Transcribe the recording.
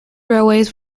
railways